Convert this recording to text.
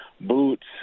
boots